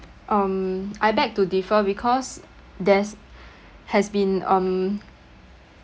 um I beg to differ because there's has been um